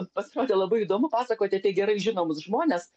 pasirodė labai įdomu pasakoti apie gerai žinomus žmones